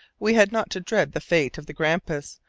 we had not to dread the fate of the grampus,